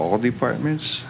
all the apartments